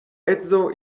edzo